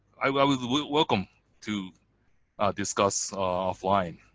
i would welcome to discuss offline.